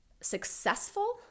successful